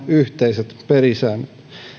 yhteiset pelisäännöt